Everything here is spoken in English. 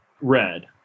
red